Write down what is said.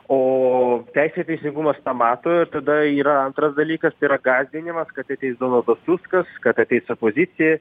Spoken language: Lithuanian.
o teisė ir teisingumas tą mato ir tada yra antras dalykas tai yra gąsdinimas kad ateis donaldas tuskas kad ateis opozicija